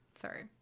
sorry